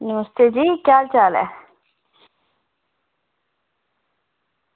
नमस्ते जी केह् हाल चाल ऐ